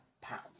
pounds